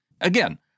Again